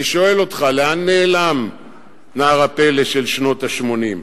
אני שואל אותך, לאן נעלם נער הפלא של שנות ה-80?